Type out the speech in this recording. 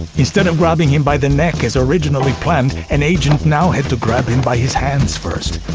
instead of grabbing him by the neck as originally planned, an agent now had to grab him by his hands first.